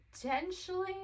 potentially